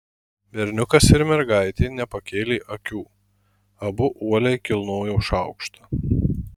berniukas ir mergaitė nepakėlė akių abu uoliai kilnojo šaukštą